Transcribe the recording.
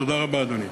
תודה רבה, אדוני.